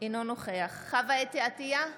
אינו נוכח חוה אתי עטייה,